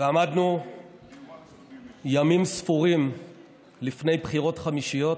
עמדנו ימים ספורים לפני בחירות חמישיות